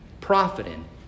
profiting